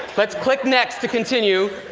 let's click next to continue.